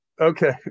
Okay